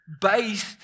based